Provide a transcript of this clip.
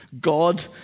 God